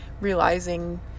realizing